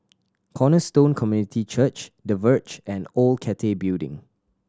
Cornerstone Community Church The Verge and Old Cathay Building